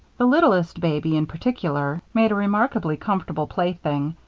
the littlest baby, in particular, made a remarkably comfortable plaything,